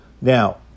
Now